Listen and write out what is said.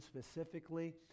specifically